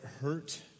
hurt